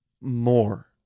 more